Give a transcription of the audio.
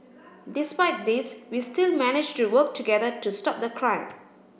despite these we still managed to work together to stop the crime